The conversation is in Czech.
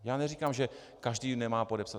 Já neříkám, že každý ji nemá podepsat.